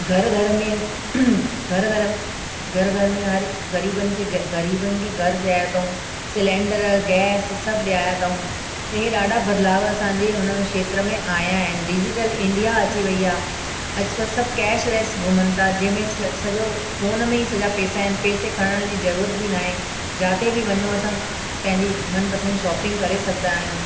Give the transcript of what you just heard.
घर घर में घर घर घर घर में हर ग़रीबनि खे ग़रीबनि खे घर ॾियारियो अथऊं सिलेंडर गैस सभु ॾियारा अथऊं त इहे ॾाढा बदिलाव असांजे उन में क्षेत्र में आया आहिनि डिजिटल इंडिया अची वई आहे अॼु कल्ह सभु कैश लेस घुमनि था जंहिं में स सॼो फोन में ई सॼा पेसा आहिनि पेसे खणण जी ज़रूरत बि न आहे जिते बि वञूं असां पंहिंजी मनपसंदि शॉपिंग करे सघंदा आहियूं